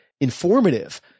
informative